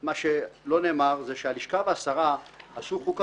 שמה שלא נאמר זה שהלשכה והשרה עשו חוכא